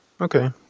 Okay